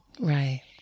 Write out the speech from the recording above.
Right